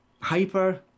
hyper